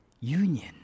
Union